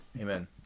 Amen